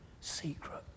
secret